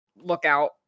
lookout